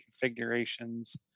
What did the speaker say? configurations